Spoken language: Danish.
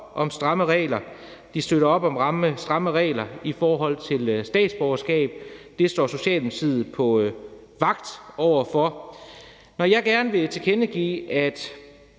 om stramme regler, de støtter op om stramme regler i forhold til statsborgerskab. Det står Socialdemokratiet vagt om. Når jeg gerne vil tilkendegive, at